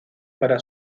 para